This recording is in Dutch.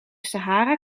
sahara